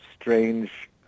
strange